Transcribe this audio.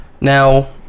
now